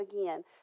again